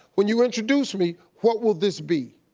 when you introduce me, what will this be?